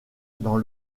dans